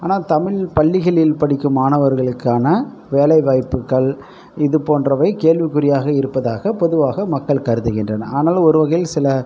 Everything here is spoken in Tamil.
ஆனால் தமிழ் பள்ளிகளில் படிக்கும் மாணவர்களுக்கான வேலை வாய்ப்புகள் இது போன்றவை கேள்வி குறியாக இருப்பதாக பொதுவாக மக்கள் கருதுகின்றன ஆனால் ஒரு வகையில் சில